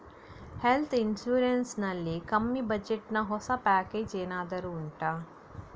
health insurance ನಲ್ಲಿ ಕಮ್ಮಿ budget ನ ಹೊಸ ಪ್ಯಾಕೇಜ್ ಏನಾದರೂ ಉಂಟಾ